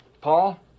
Paul